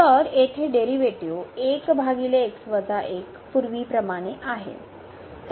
तर येथे डेरीवेटीव पूर्वीप्रमाणे आहे